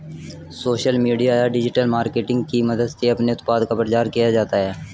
social media या digital marketing की मदद से अपने उत्पाद का प्रचार किया जाता है